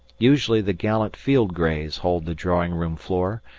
usually the gallant field greys hold the drawing-room floor,